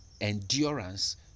endurance